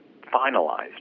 finalized